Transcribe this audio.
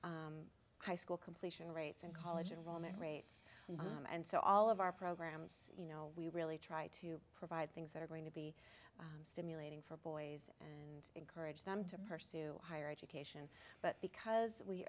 high school completion rates and college involvement rates and so all of our programs you know we really try to provide things that are going to be stimulating for boys and encourage them to pursue higher education but because we